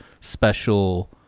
special